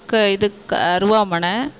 க இதுக்கு அருவாமணை